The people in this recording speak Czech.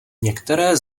některé